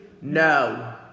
No